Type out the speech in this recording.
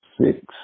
Six